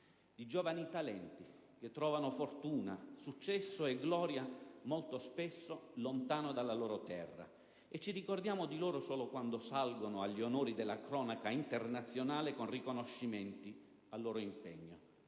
Di giovani talenti che trovano fortuna, successo e gloria molto spesso lontano dalla loro terra, di cui ci ricordiamo solo quando salgono agli onori della cronaca internazionale con riconoscimenti al loro impegno: